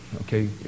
Okay